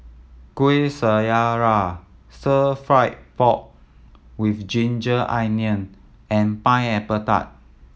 Kuih Syara Stir Fry pork with ginger onion and Pineapple Tart